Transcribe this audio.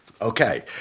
Okay